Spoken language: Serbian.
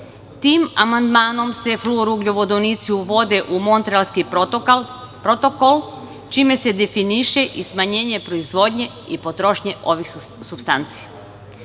amandmanom se fluor-ugljovodonici uvode u Montrealski protokol, čime se definiše i smanjenje proizvodnje i potrošnje ovih supstanci. Fluor-